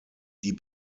die